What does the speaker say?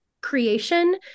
creation